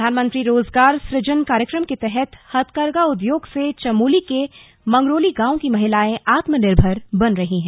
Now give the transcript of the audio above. प्रधानमंत्री रोजगार सुजन कार्यक्रम के तहत हथकरघा उद्योग से चमोली के मंगरोली गांव की महिलाएं आत्मनिर्भर बन रही हैं